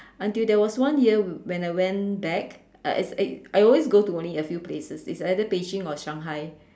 until there was one year when when I went back as I you I always go to only a few places is either Beijing or Shanghai